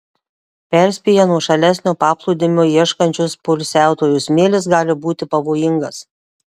perspėja nuošalesnio paplūdimio ieškančius poilsiautojus smėlis gali būti pavojingas